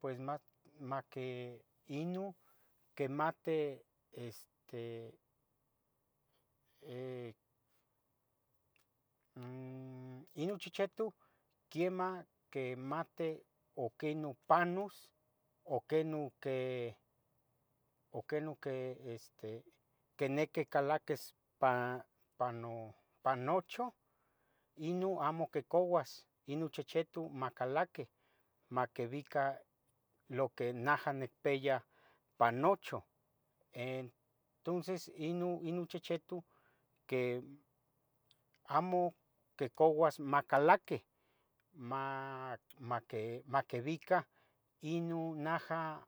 pues mac maqui, ino quimati este, eh um ino chechetu quemah quimati, oqueh non panos oqueh non que oqueh non que este quiniqui calaquis pan pano pan nochu, ino amo quicabas ino chechetu macalaqui, maquibica lo que naha nicpi pan nochu, entonces ino ino chechetu que amo quicabas macalaqui ma maquibica ino naha